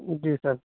جی سر